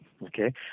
Okay